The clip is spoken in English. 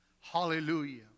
hallelujah